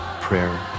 prayer